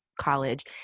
college